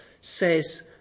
says